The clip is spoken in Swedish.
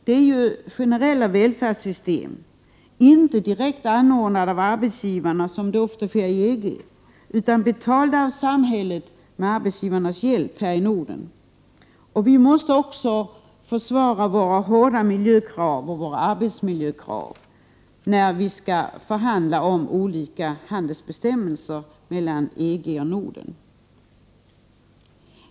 Det är ju generella välfärdssystem här i Norden, inte direkt anordnade av arbetsgivarna, som ofta är fallet i EG, utan betalda av samhället med arbetsgivarnas hjälp. Vi måste också försvara våra hårda miljökrav och arbetsmiljökrav, när vi skall förhandla om olika handelsbestämmelser mellan EG och Norden.